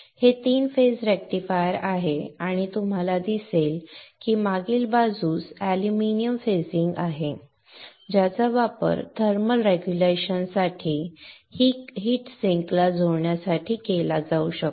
हे 3 phase rectifier आहे आणि आपल्याला दिसेल की मागील बाजूस अॅल्युमिनियम फेजिंग आहे ज्याचा वापर थर्मल रेग्युलेशन साठी हीट सिंक ला जोडण्यासाठी केला जाऊ शकतो